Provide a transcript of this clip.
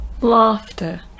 Laughter